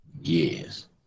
yes